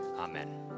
Amen